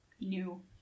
new